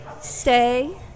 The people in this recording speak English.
Stay